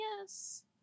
yes